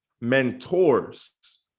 mentors